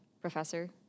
Professor